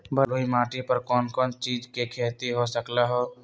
बलुई माटी पर कोन कोन चीज के खेती हो सकलई ह?